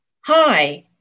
Hi